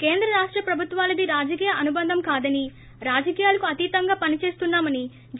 కేంద్ర రాష్ట ప్రభుత్వాలది రాజకీయ అనుబంధం కాదని రాజకీయాలకు అతీతంగా పనిచేస్తున్నా మని జి